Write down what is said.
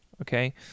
Okay